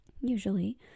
usually